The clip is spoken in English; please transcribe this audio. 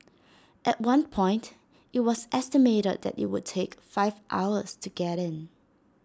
at one point IT was estimated that IT would take five hours to get in